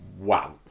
Wow